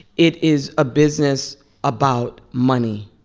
it is a business about money.